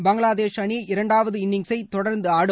பங்களாதேஷ் அணி இஇரண்டாவது இன்னிங்சை தொடர்ந்து ஆடும்